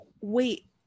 wait